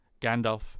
Gandalf